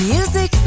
Music